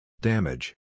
Damage